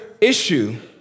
issue